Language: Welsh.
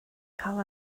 cael